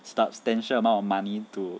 substantial amount of money to